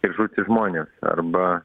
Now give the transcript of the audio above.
ir žūti žmonės arba